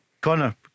Connor